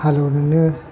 हालएवनोनो